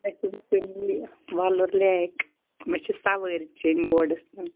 Wular lake مےٚ چھِ سَوٲرۍ چیٚن بوڈس منٛز